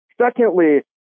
Secondly